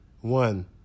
One